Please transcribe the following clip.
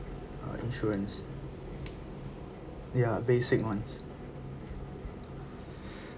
uh insurance ya basic ones